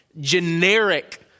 generic